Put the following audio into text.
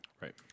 Right